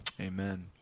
amen